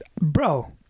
bro